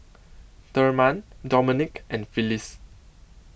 Thurman Domonique and Phyllis